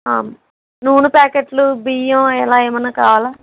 నూనె ప్యాకెట్లు బియ్యం అలా ఏమన్నా కావాలా